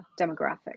demographic